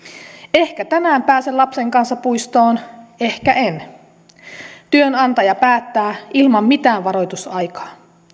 ehkä tänään pääsen lapsen kanssa puistoon ehkä en työnantaja päättää ilman mitään varoitusaikaa